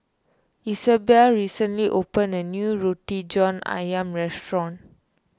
Isabel recently opened a new Roti John Ayam Restaurant